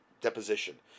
deposition